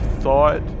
thought